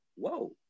Whoa